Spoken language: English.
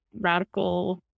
radical